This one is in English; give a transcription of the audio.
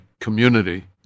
community